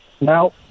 Now